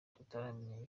tutaramenya